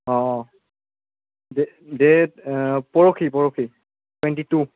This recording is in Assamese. অঁ ডেট পৰশি পৰশি টুৱেণ্টি টু